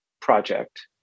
project